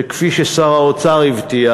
שכפי ששר האוצר הבטיח,